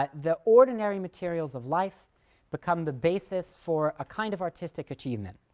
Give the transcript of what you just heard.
but the ordinary materials of life become the basis for a kind of artistic achievement.